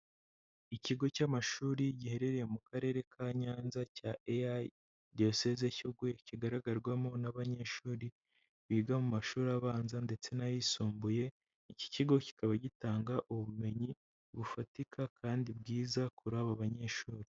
Ikigo cy'amashuri giherereye mu Karere ka Nyanza cya EAR Diyoseze Shyogwe, kigaragarwamo n'abanyeshuri biga mu mashuri abanza ndetse n'ayisumbuye, iki kigo kikaba gitanga ubumenyi bufatika kandi bwiza kuri abo banyeshuri.